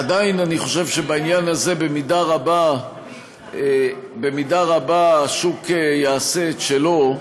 עדיין אני חושב שבעניין הזה במידה רבה השוק יעשה את שלו,